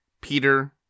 Peter